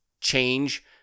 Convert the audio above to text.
change